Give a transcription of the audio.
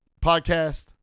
podcast